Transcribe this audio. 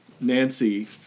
Nancy